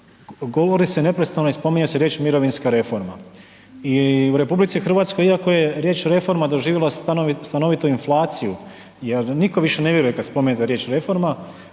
govori se neprestano i spominje se riječ mirovinska reforma. I u RH iako je riječ reforma doživjela stanovitu inflaciju jer nitko više ne vjeruje kada spomenete riječ reforma.